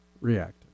reacted